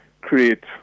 create